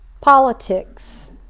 politics